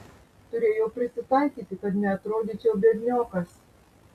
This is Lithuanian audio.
turėjau prisitaikyti kad neatrodyčiau biedniokas